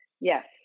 Yes